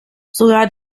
sogar